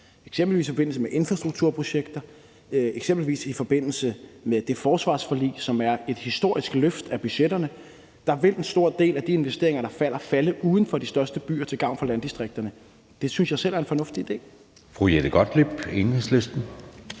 eksempelvis i forbindelse med infrastrukturprojekter, eksempelvis i forbindelse med det forsvarsforlig, som er et historisk løft af budgetterne. Der vil en stor del af de investeringer, der falder, falde uden for de største byer til gavn for landdistrikterne. Det synes jeg selv er en fornuftig idé.